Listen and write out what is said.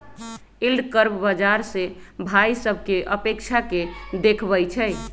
yield curve बाजार से भाइ सभकें अपेक्षा के देखबइ छइ